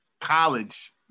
college